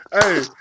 hey